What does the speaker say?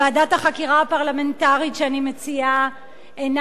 ועדת החקירה הפרלמנטרית שאני מציעה אינה